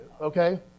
okay